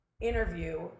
interview